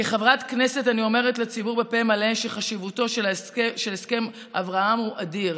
כחברת כנסת אני אומרת לציבור בפה מלא שחשיבותו של הסכם אברהם היא אדירה.